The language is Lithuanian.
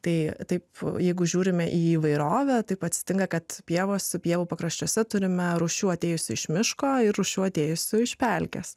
tai taip jeigu žiūrime į įvairovę taip atsitinka kad pievose pievų pakraščiuose turime rūšių atėjusi iš miško ir rūšių atėjusių iš pelkes